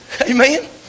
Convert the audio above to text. Amen